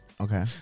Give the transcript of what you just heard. Okay